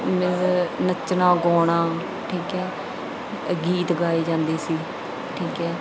means ਨੱਚਣਾ ਗਾਉਣਾ ਠੀਕ ਹੈ ਇਹ ਗੀਤ ਗਾਏ ਜਾਂਦੇ ਸੀ ਠੀਕ ਹੈ